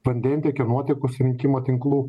vandentiekio nuotekų surinkimo tinklų